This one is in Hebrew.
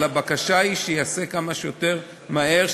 אבל הבקשה היא שזה ייעשה כמה שיותר מהר,